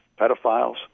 pedophiles